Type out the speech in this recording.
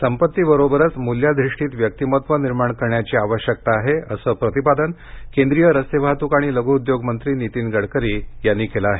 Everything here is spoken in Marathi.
संपत्तीबरोबरच मूल्याधिष्ठित व्यक्तिमत्त्व निर्माण करण्याची आवश्यकता आहे असं प्रतिपादन केंद्रीय रस्ते वाहत्क आणि लघ्उद्योग मंत्री नीतीन गडकरी यांनी केलं आहे